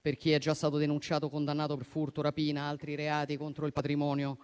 per chi è già stato denunciato e condannato per furto, rapina e altri reati contro il patrimonio